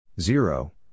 zero